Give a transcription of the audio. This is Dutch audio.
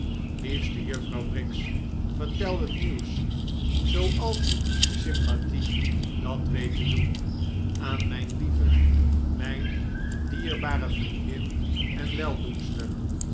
liefste juffrouw briggs vertel het nieuws zooals uw kiesche sympathie dat weet te doen aan mijn lieve mijn dierbare vriendin en